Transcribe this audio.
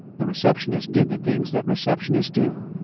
the receptionist did the things that receptionists do,